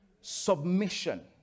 Submission